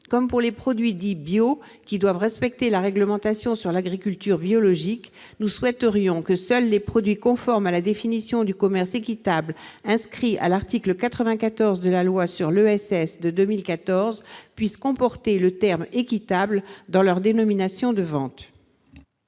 Comme pour les produits dits « bio », qui doivent respecter la réglementation sur l'agriculture « biologique », nous souhaiterions que seuls les produits conformes à la définition du commerce équitable inscrite à l'article 94 de la loi ESS de 2014 puissent comporter le terme « équitable » dans leur dénomination de vente.